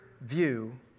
view